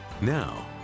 Now